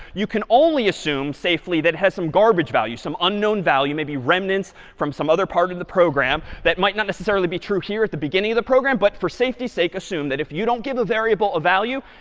you can only assume safely that has some garbage value, some unknown value, maybe remnants from some other part of the program, that might not necessarily be true here at the beginning of the program. but for safety's sake assume that if you don't give a variable a value,